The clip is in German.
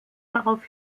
darauf